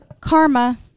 karma